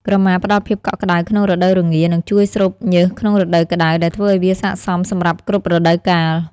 ក្រមាផ្តល់ភាពកក់ក្តៅក្នុងរដូវរងា និងជួយស្រូបញើសក្នុងរដូវក្តៅ ដែលធ្វើឱ្យវាស័ក្តិសមសម្រាប់គ្រប់រដូវកាល។